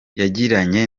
yagiranye